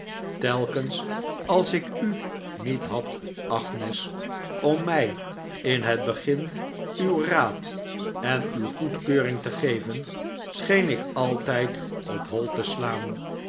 telkens als ik u niet had agnes om mij david copperfield in het begin uw raad en uw goedkeuring te geven scheen ik altijd op hoi te slaan